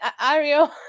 ariel